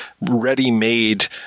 ready-made